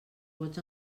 vots